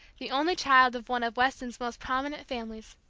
the only child of one of weston's most prominent families.